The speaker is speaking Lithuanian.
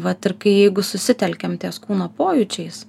vat ir kai jeigu susitelkiam ties kūno pojūčiais